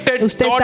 Usted